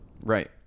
right